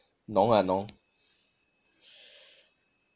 no lah no